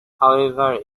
however